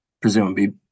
presumably